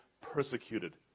persecuted